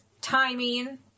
Timing